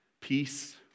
peace